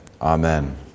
Amen